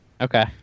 Okay